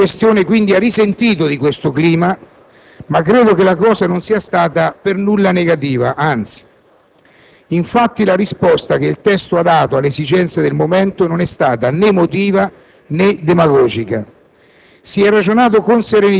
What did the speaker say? Infatti, quando l'*iter* di questo provvedimento è stato avviato alla Camera dei deputati, sconvolgenti fatti di cronaca nera erano accaduti e purtroppo altri ne sarebbero seguiti prima, durante e dopo determinati eventi sportivi.